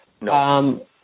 No